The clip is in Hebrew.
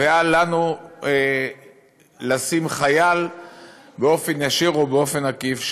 ואל לנו לשים שם חייל באופן ישיר או באופן עקיף.